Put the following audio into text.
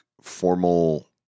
formal